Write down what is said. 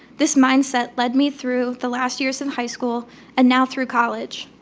this mindset led me through the last years in high school and now through college.